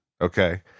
okay